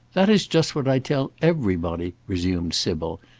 that is just what i tell everybody, resumed sybil.